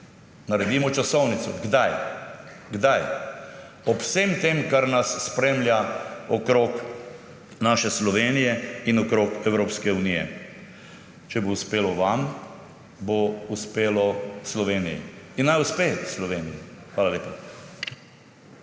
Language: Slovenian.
Naredimo časovnico – kdaj. Kdaj ob vsem tem, kar nas spremlja okrog naše Slovenije in okrog Evropske unije. Če bo uspelo vam, bo uspelo Sloveniji. In naj uspe Sloveniji! Hvala lepa.